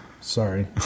sorry